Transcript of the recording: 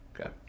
Okay